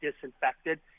disinfected